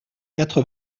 quatre